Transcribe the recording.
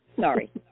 sorry